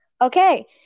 Okay